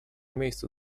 miejscu